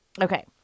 Okay